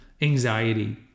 anxiety